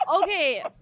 Okay